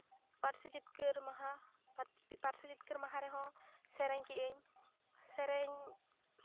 ᱯᱟᱹᱨᱥᱤ ᱡᱤᱛᱠᱟᱹᱨ ᱢᱟᱦᱟ ᱯᱟᱹᱨᱥᱤ ᱡᱤᱛᱠᱟᱹᱨ ᱢᱟᱦᱟ ᱨᱮᱦᱚᱸ ᱥᱮᱨᱮᱧ ᱠᱮᱜ ᱟᱹᱧ ᱥᱮᱨᱮᱧ